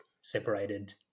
separated